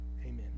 Amen